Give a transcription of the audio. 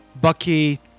Bucky